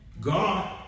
God